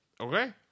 Okay